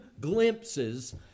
glimpses